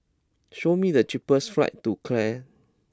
show me the cheapest flights to Chad